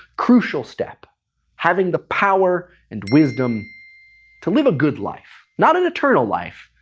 crucial step having the power and wisdom to live a good life. not an eternal life,